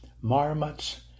marmots